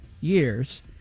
years